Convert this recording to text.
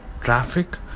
traffic